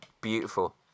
beautiful